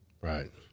Right